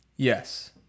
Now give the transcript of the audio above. Yes